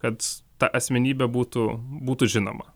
kad ta asmenybė būtų būtų žinoma